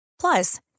Plus